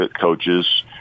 coaches